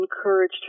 encouraged